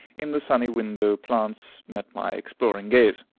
in the sunny window, plants, met my exploring gaze,